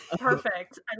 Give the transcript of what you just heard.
Perfect